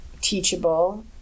teachable